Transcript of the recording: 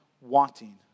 wanting